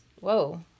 whoa